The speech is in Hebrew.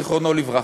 זיכרונו לברכה,